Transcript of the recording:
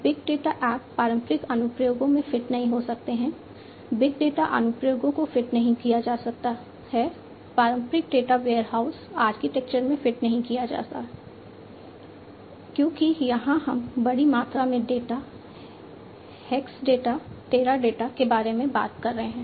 big data app पारंपरिक अनुप्रयोगों में फिट नहीं हो सकते हैं बिग डेटा अनुप्रयोगों को फिट नहीं किया जा सकता है पारंपरिक डेटा वेयरहाउस आर्किटेक्चर में फिट नहीं किया जा सकता है क्योंकि यहां हम बड़ी मात्रा में डेटा हेक्सडाटा टेराडाटा के बारे में बात कर रहे हैं